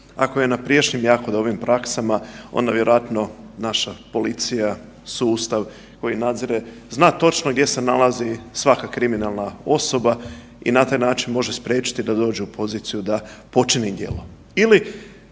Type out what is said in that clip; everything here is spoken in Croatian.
Ako je na prijašnjim jako dobrim praksama onda vjerojatno naša policija, sustav koji nadzire zna točno gdje se nalazi svaka kriminalna osoba i na taj način može spriječiti da dođe u poziciju da počini djelo.